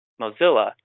Mozilla